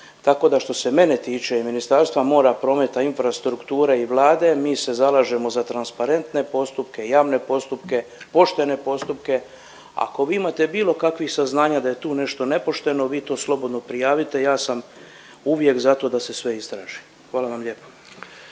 tako da što se mene tiče i Ministarstva mora, prometa, infrastrukture i Vlade mi se zalažemo za transparentne postupke, javne postupke, poštene postupke. Ako vi imate bilo kakvih saznanja da je tu nešto nepošteno vi to slobodno prijavite ja sam uvijek za to da se sve istraži. Hvala vam lijepo.